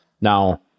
Now